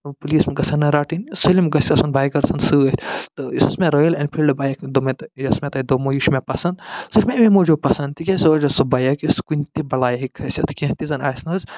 police یِم گَژھن نہٕ رَٹٕنۍ سٲلِم گَژھِ آسُن بایکَر سُںٛد سۭتۍ تہٕ یُس حظ مےٚ رایل اٮ۪نفیٖلڈٕ بایک دوٚپ مےٚ تہٕ یۄس مےٚ تۄہہِ دوٚپمو یہِ چھِ مےٚ پسنٛد سُہ چھِ مےٚ اَمے موٗجوٗب پسنٛد تِکیٚازِ سُہ حظ چھُ سُہ بایک یُس کُنہِ تہِ بلاے ہیٚکہِ کھٔسِتھ کیٚنٛہہ تہِ زن آسہِ نَہ حظ